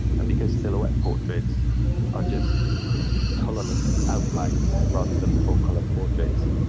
and because silhouette portraits are just colorless outlines rather than full color portraits,